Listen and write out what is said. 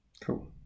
Cool